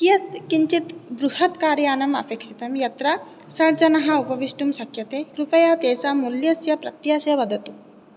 कियत् किञ्चित् बृहत् कार् यानम् अपेक्षितम् यत्र षड् जनाः उपविष्टुं शक्यते कृपया तेषां मूल्यस्य प्रत्याशा वदतु